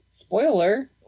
Spoiler